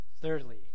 thirdly